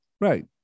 Right